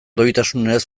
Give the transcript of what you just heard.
doitasunez